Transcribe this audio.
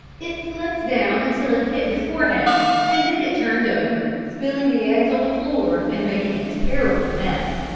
it slipped down until it hit his forehead and then it turned over, spilling the eggs on the floor and making a terrible mess.